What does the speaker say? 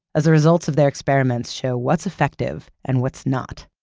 as a result of their experiments show what's effective, and what's not.